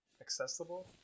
accessible